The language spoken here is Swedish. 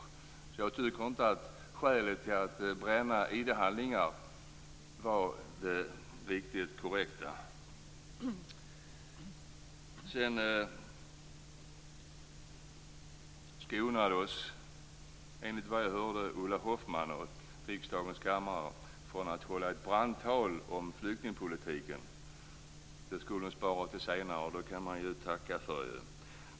Jag tycker inte att skälet till att bränna ID handlingar var riktigt korrekt. Enligt vad jag hörde skonade Ulla Hoffmann riksdagens kammare från ett brandtal om flyktingpolitiken. Det skulle hon spara till senare. Det kan man ju tacka för.